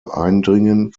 eindringen